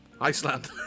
Iceland